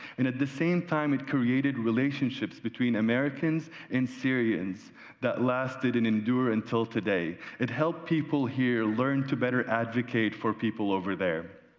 and, at the same time, it created relationships between americans and syrians that lasted and endure until today. it helped people here learn to better advocate for people over there.